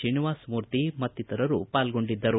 ಶ್ರೀನಿವಾಸಮೂರ್ತಿ ಮತ್ತಿತರರು ಪಾಲ್ಗೊಂಡಿದ್ದರು